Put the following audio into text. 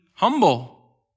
humble